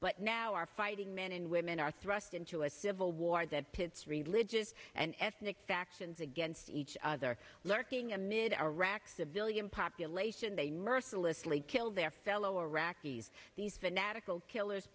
but now our fighting men and women are thrust into a civil war that tips religious and ethnic factions against each other lurking amid iraq civilian population they mercilessly kill their fellow iraqis these fanatical killers